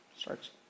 Starts